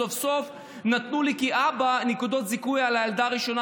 סוף-סוף נתנו לי כאבא נקודות זיכוי על הילדה הראשונה,